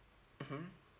mmhmm